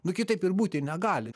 nu kitaip ir būti negali